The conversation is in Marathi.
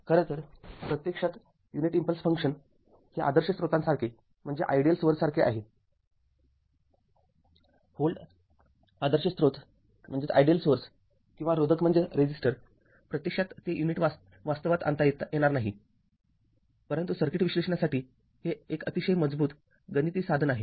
खरं तर प्रत्यक्षात युनिट इंपल्स फंक्शन हे आदर्श स्त्रोतांसारखे आहे व्होल्ट आदर्श स्रोत किंवा रोधक प्रत्यक्षात ते युनिट वास्तवात आणता येणार नाहीपरंतु सर्किट विश्लेषणासाठी हे एक अतिशय मजबूत गणिती साधन आहे